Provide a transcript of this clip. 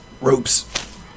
ropes